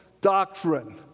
doctrine